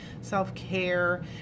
self-care